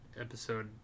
episode